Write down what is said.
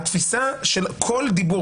התפיסה של כל דיבור,